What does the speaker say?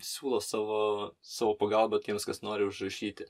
siūlo savo savo pagalbą tiems kas nori užrašyti